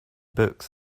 books